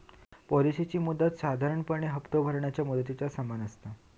पॉलिसीची मुदत साधारणपणे हप्तो भरणाऱ्या मुदतीच्या समान असता